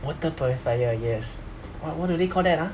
water purifier yes wha~ what do they call that ah